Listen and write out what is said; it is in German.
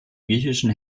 griechischen